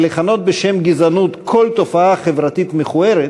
מלכנות בשם גזענות כל תופעה חברתית מכוערת.